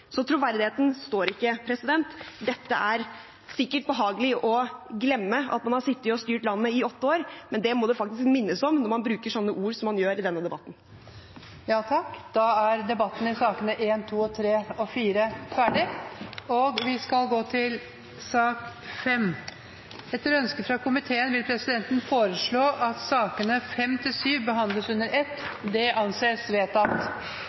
Så det står ikke til troende. Det er sikkert behagelig å glemme at man har sittet og styrt landet i åtte år, men det må det faktisk minnes om når man bruker sånne ord som man gjør i denne debatten. Flere har ikke bedt om ordet til sakene nr. 1–4. Etter ønske fra familie- og kulturkomiteen vil presidenten foreslå at sakene nr. 5–7 behandles under ett. – Det anses vedtatt. Etter ønske fra familie- og kulturkomiteen vil presidenten foreslå at